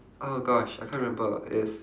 oh gosh I can't remember it's